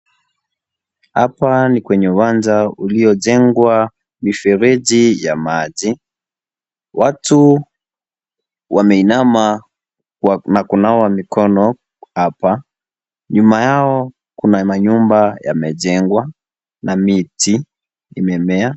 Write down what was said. Hapa ni kwenye uwanja uliojengwa mifereji ya maji , watu wameinama na kunawa mikono hapa nyuma yao kuna manyumba yamejengwa na miti imemea.